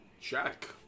Check